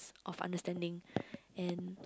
of understanding and